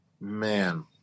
man